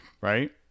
right